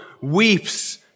weeps